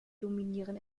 dominieren